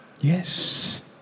Yes